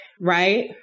right